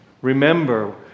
Remember